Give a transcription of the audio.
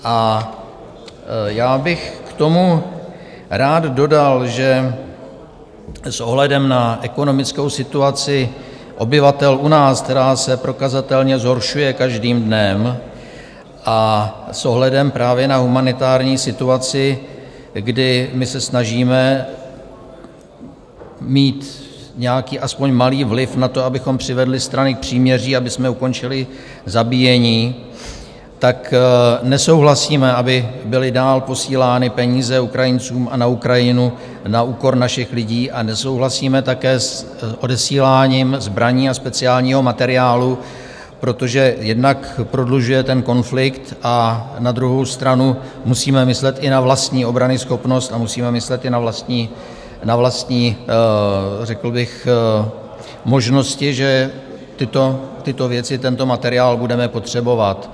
A já bych k tomu rád dodal, že s ohledem na ekonomickou situaci obyvatel u nás, která se prokazatelně zhoršuje každým dnem, a s ohledem právě na humanitární situaci, kdy my se snažíme mít nějaký aspoň malý vliv na to, abychom přivedli strany k příměří, abychom ukončili zabíjení, nesouhlasíme, aby byly dál posílány peníze Ukrajincům a na Ukrajinu na úkor našich lidí a nesouhlasíme také s odesíláním zbraní a speciálního materiálu, protože jednak prodlužuje ten konflikt, a na druhou stranu musíme myslet i na vlastní obranyschopnost a musíme myslet i na vlastní řekl bych možnosti, že tyto věci, tento materiál budeme potřebovat.